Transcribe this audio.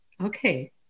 Okay